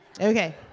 Okay